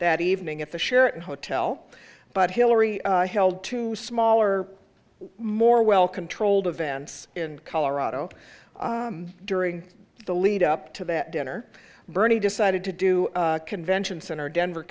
that evening at the sheraton hotel but hillary held two smaller more well controlled events in colorado during the lead up to that dinner bernie decided to do convention center denver